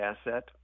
Asset